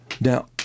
Now